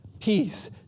peace